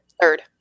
Third